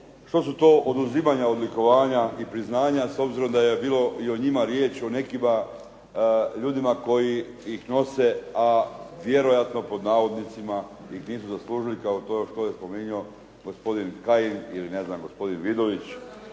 što su to oduzimanja odlikovanja i priznanja s obzirom da je bilo i o njima riječ, o nekima, ljudima koji ih nose a vjerojatno pod navodnicima ih nisu zaslužili, kao što je spominjao gospodin Kajin, ili ne znam, gospodin Vidović,